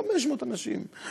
500 אנשים,